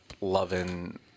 loving